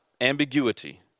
ambiguity